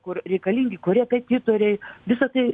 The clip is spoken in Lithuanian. kur reikalingi korepetitoriai visa tai